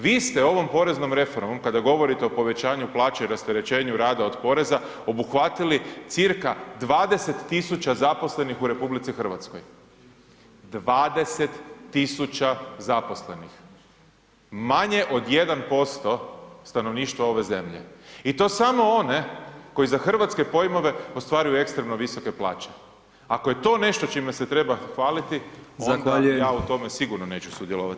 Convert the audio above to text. Vi ste ovom poreznom reformom kada govorite o povećanju plaće i rasterećenju rada od poreza obuhvatili cca 20.000 zaposlenih u RH, 20.000 zaposlenih, manje od 1% stanovništva ove zemlje i to samo one koji za hrvatske pojmove ostvaruju eksterno visoke plaće, ako je to nešto čime se treba hvaliti [[Upadica: Zahvaljujem.]] onda ja u tome sigurno neću sudjelovati.